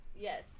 Yes